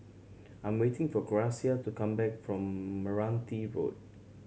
I'm waiting for Gracia to come back from Meranti Road